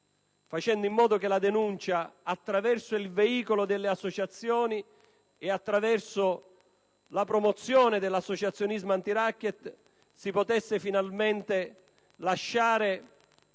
facendo in modo che con la denuncia, attraverso il veicolo delle associazioni e attraverso la promozione dell'associazionismo antiracket, si potesse finalmente lasciare